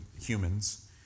humans